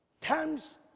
times